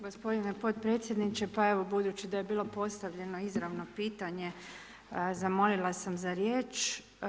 Gospodine potpredsjedniče, pa evo, budući da je bilo postavljeno izravno pitanje, zamolila sam za riječ.